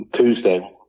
Tuesday